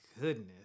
goodness